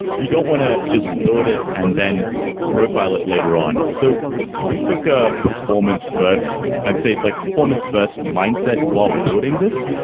you don't want to just build it and then profile it later on. so we took a performance first i'd say like performance first mindset while building this.